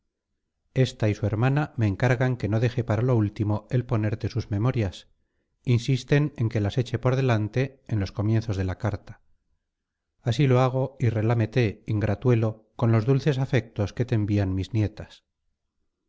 esta y su hermana me encargan que no deje para lo último el ponerte sus memorias insisten en que las eche por delante en los comienzos de la carta así lo hago y relámete ingratuelo con los dulces afectos que te envían mis nietas